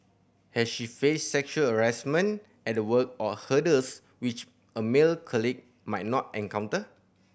has she faced sexual harassment at work or hurdles which a male colleague might not encounter